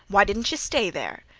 why didn't yeh stay there?